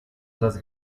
las